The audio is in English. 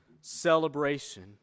celebration